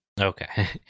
Okay